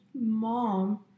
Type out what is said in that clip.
mom